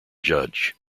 judge